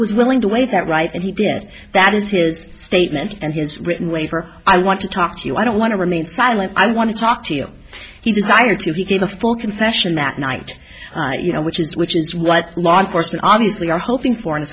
was willing to waive that right and he did that is his statement and his written waiver i want to talk to you i don't want to remain silent i want to talk to you he desired to give a full confession that night you know which is which is what law enforcement obviously are hoping for in a